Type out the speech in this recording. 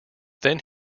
then